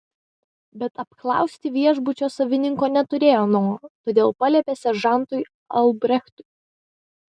bet apklausti viešbučio savininko neturėjo noro todėl paliepė seržantui albrechtui